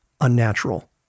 unnatural